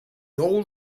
old